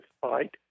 fight